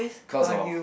cause of